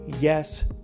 Yes